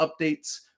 updates